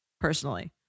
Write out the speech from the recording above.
Personally